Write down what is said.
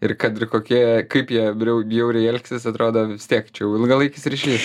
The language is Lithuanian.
ir kad ir kokie jie kaip jie bja bjauriai elgsis atrodo vis tiek čia jau ilgalaikis ryšys